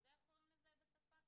אתה יודע איך קוראים לזה בשפה האקדמית?